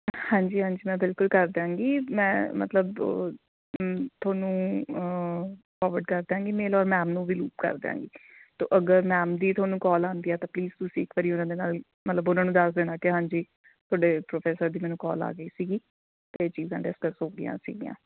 ਹਾਂਜੀ ਹਾਂਜੀ ਮੈਂ ਬਿਲਕੁਲ ਕਰ ਦਿਆਂਗੀ ਮੈਂ ਮਤਲਬ ਤੁਹਾਨੂੰ ਫੋਰਵਰਡ ਕਰ ਦਿਆਂਗੀ ਮੇਲ ਔਰ ਮੈਮ ਨੂੰ ਵੀ ਲੂਪ ਕਰ ਦਿਆਂਗੀ ਤੋ ਅਗਰ ਮੈਮ ਦੀ ਤੁਹਾਨੂੰ ਕੋਲ ਆਉਂਦੀ ਆ ਤਾਂ ਪਲੀਜ਼ ਤੁਸੀਂ ਇੱਕ ਵਾਰੀ ਉਹਨਾਂ ਦੇ ਨਾਲ ਮਤਲਬ ਉਹਨਾਂ ਨੂੰ ਦੱਸ ਦੇਣਾ ਕਿ ਹਾਂਜੀ ਤੁਹਾਡੇ ਪ੍ਰੋਫੈਸਰ ਦੀ ਮੈਨੂੰ ਕੋਲ ਆ ਗਈ ਸੀਗੀ ਅਤੇ ਚੀਜ਼ਾਂ ਡਿਸਕਸ ਹੋ ਗਈਆਂ ਸੀਗੀਆਂ